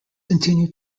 continue